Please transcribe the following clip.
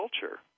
culture